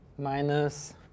Minus